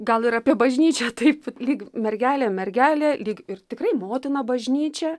gal ir apie bažnyčią taip lyg mergelė mergelė lyg ir tikrai motina bažnyčia